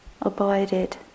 abided